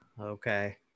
Okay